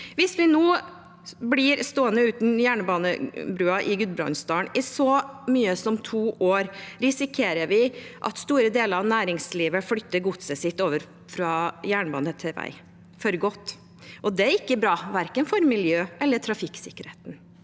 Hvis vi blir stående uten jernbanebrua i Gudbrandsdalen i så mye som to år, risikerer vi at store deler av næringslivet flytter godset sitt over fra jernbane til vei for godt. Det er ikke bra, verken for miljøet eller for trafikksikkerheten.